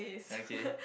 okay